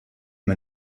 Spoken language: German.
man